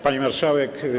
Pani Marszałek!